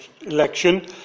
election